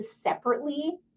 separately